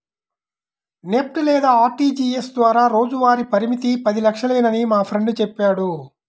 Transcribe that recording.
NEFT లేదా RTGS ద్వారా రోజువారీ పరిమితి పది లక్షలేనని మా ఫ్రెండు చెప్పాడు